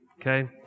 okay